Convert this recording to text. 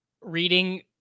Reading